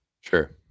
Sure